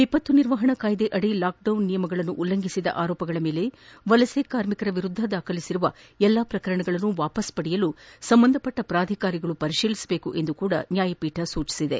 ವಿಪತ್ತು ನಿರ್ವಹಣಾ ಕಾಯ್ದೆಯಡಿ ಲಾಕ್ಡೌನ್ ನಿಯಮಗಳನ್ನು ಉಲ್ಲಂಘಿಸಿದ ಆರೋಪಗಳ ಮೇಲೆ ವಲಸೆ ಕಾರ್ಮಿಕರ ವಿರುದ್ದ ದಾಖಲಿಸಿರುವ ಎಲ್ಲಾ ಪ್ರಕರಣಗಳನ್ನು ವಾಪಸ್ ಪಡೆಯಲು ಸಂಬಂಧಪಟ್ಟ ಪ್ರಾಧಿಕಾರಗಳು ಪರಿಶೀಲಿಸಬೇಕು ಎಂದು ನ್ನಾಯಾಲಯ ನಿರ್ದೇಶನ ನೀಡಿದೆ